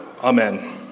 Amen